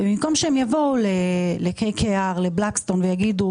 ובמקום שהן יבואו לבנקים ויגידו